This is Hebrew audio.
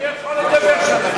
מי יכול לדבר שם?